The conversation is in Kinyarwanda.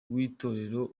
w’itorero